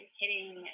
hitting